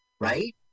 right